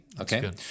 okay